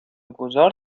گذار